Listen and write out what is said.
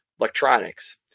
electronics